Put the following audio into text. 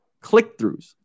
click-throughs